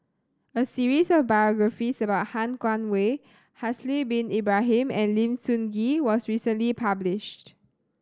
a series of biographies about Han Guangwei Haslir Bin Ibrahim and Lim Sun Gee was recently published